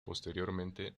posteriormente